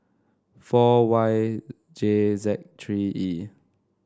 four Y J Z three E